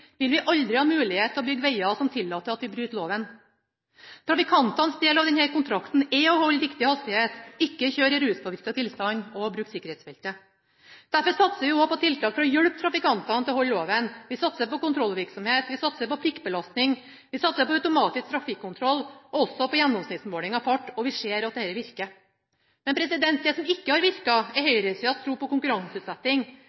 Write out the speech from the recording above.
vil vi aldri ha mulighet til å bygge veger som tillater at vi bryter loven. Trafikantenes del av denne kontrakten er å holde riktig hastighet, ikke å kjøre i ruspåvirket tilstand og å bruke sikkerhetsbeltet. Derfor satser vi også på tiltak for å hjelpe trafikantene med å holde loven. Vi satser på kontrollvirksomhet. Vi satser på prikkbelastning. Vi satser på automatisk trafikkontroll og også på gjennomsnittsmåling av fart. Og vi ser at dette virker. Men det som ikke har virket, er